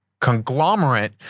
conglomerate